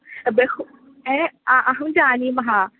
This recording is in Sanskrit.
बहु ए अहं जानीमः